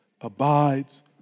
abides